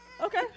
Okay